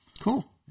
Cool